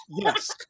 Yes